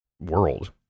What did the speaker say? world